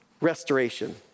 restoration